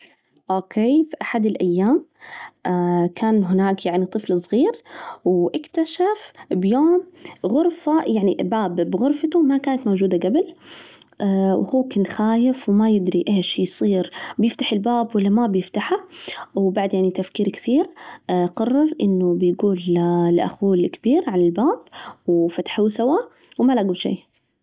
أوكي، في أحد الأيام، كان هناك يعني طفل صغير، واكتشف بيوم غرفة، يعني باب بغرفته ما كانت موجودة قبل، وهو كان خايف وما يدري إيش يصير، بيفتح الباب ولا ما بيفتحه، و بعد يعني تفكير كثير، قرر إنه بيجول لأخوه الكبير عن الباب وفتحوه سوا، وما لجوا شي.